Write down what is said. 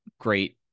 great